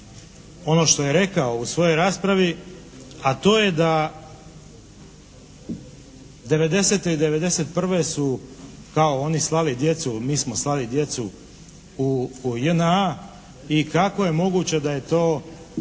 ono što je rekao u svojoj raspravi, a to je da '90. i '91. su kao oni slali djecu, mi smo slali djecu u JNA i kako je moguće da je to,